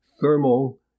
thermal